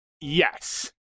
Yes